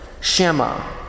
Shema